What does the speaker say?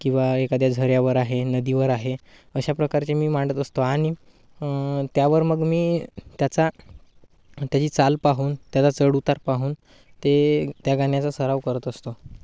किंवा एखाद्या झऱ्यावर आहे नदीवर आहे अशा प्रकारचे मी मांडत असतो आणि त्यावर मग मी त्याचा त्याची चाल पाहून त्याचा चढउतार पाहून ते त्या गाण्याचा सराव करत असतो